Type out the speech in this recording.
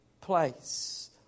place